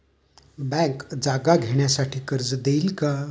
Bank जागा घेण्यासाठी कर्ज देईल का?